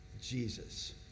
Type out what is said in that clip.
Jesus